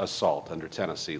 assault under tennessee